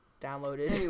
Downloaded